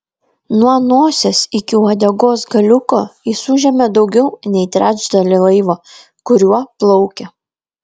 nuo nosies iki uodegos galiuko jis užėmė daugiau nei trečdalį laivo kuriuo plaukė